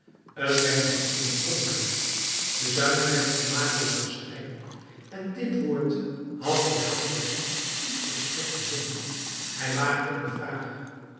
t werd hem een bekommering de zuinigheid van marius was streng en dit woord had voor jean valjean een volstrekten zin hij waagde een vraag